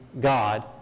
God